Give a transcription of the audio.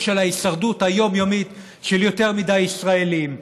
של ההישרדות היומיומית של יותר מדי ישראלים,